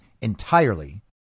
entirely